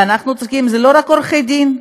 ואנחנו צריכים, זה לא רק עורכי דין,